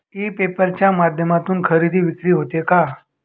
E paper च्या माध्यमातून खरेदी विक्री होते का?